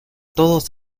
todos